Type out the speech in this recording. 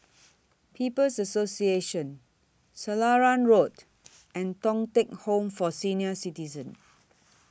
People's Association Selarang Road and Thong Teck Home For Senior Citizens